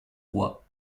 roi